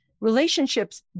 relationships